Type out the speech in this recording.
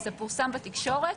וזה פורסם בתקשורת.